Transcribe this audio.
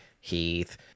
Heath